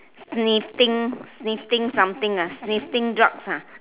sniffing sniffing something ah sniffing drugs ah